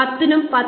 00 നും 10